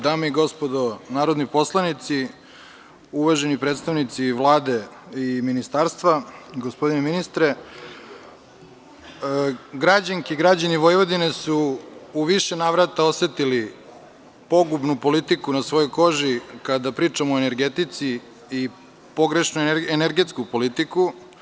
Dame i gospodo narodni poslanici, uvaženi predstavnici Vlade i ministarstva, gospodine ministre, građani i građanke Vojvodine su u više navrata osetili pogubnu politiku na svojoj koži kada pričamo o energetici i pogrešnu energetsku politiku.